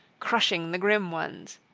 crushing the grim ones.